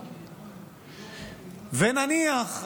ונניח,